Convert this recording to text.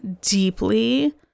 deeply